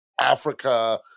africa